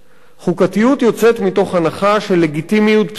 חוקתיות יוצאת מתוך הנחה של לגיטימיות בסיסית,